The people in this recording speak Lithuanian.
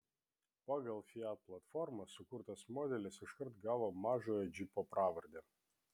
pagal fiat platformą sukurtas modelis iškart gavo mažojo džipo pravardę